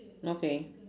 okay